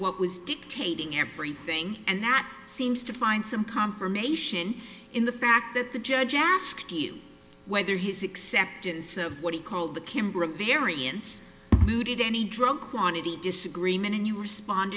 what was dictating everything and that seems to find some confirmation in the fact that the judge asked whether his acceptance of what he called the kimbra variance mooted any drug quantity disagreement and you respond